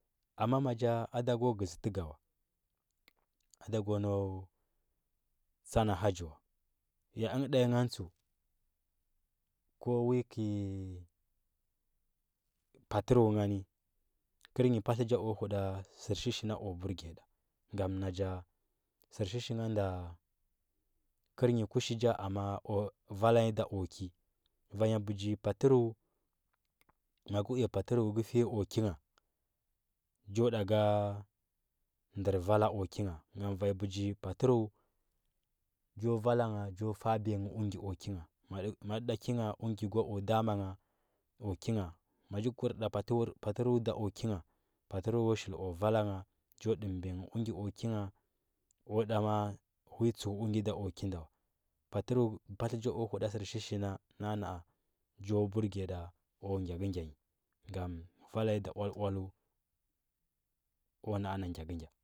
Amma ma nja ada go gəzi təga wa ada go nau tsa na haggi wa ya ən da t-yi ngan tstu ko wi kie patdəu ngani kərnyi patla nja o huda sər shibi na o burgiya da ngan nan ja səvrshishi ngha nda kər nyi amma o vala nyi da o ki vanya bəji pata, ma nge uya patəru ngə fiya o ki ngha njo da ga ndər valaa o ki ngha ngam vanyi bəji patəru njo vala ngha njo fa. abiya ngə ugə o ki ngha ma ɗi ɗo ki ngha ugə gwa o ɗama ngha o ki ngha ma ɗa wur da patəru ɗa o ki ngha patəru o shili o vala ngha njo ɗəmɓiya ugə o ki ngha o da ma’a ui tsəu ugə da o ki nda wa patəru patlə nja o huda sərshishi nja nan aa njo burguya ɗa o gyakə gya nyi ngam vala ɗa oal oaləu a na, a na gyakəgya